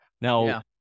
Now